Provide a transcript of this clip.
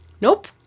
Nope